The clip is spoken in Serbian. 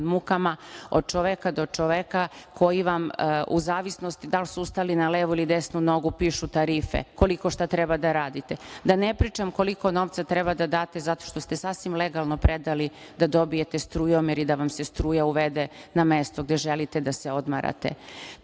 pod mukama, od čoveka do čoveka, koji vam u zavisnosti da li su ustali na levu ili desnu nogu pišu tarife koliko šta treba da radite. Da ne pričam koliko novca treba da date zato što ste sasvim legalno predali da dobijete strujomer i da vam se struja uvede na mesto gde želite da se odmarate.